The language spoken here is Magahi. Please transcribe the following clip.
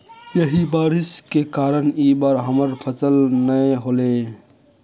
यही बारिश के कारण इ बार हमर फसल नय होले?